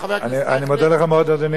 אני מודה לך מאוד, אדוני היושב-ראש.